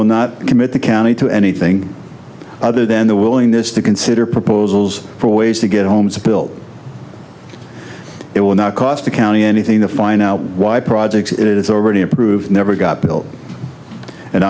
will not commit the county to anything other than the willingness to consider proposals for ways to get homes built it will not cost the county anything to find out why projects it is already approved never got built an